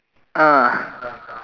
uh